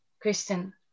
Kristen